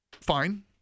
fine